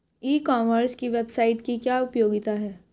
ई commerce की website की क्या उपयोगिता है?